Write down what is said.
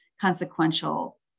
consequential